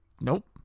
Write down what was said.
nope